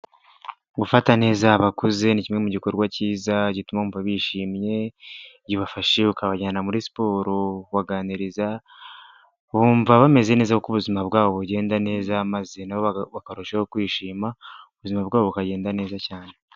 Gufata neza abakuze ni kimwe mu gikorwa cyiza gituma bumva bishimye iyo ubafashije ukabajyana muri siporo kubaganiriza bumva bameze neza ko ubuzima bwabo bugenda neza maze nabo bakarushaho kwishima ubuzima bwabo bukagenda neza cyane .